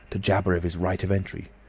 to jabber of his right of entry.